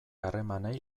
harremanei